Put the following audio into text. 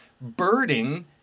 birding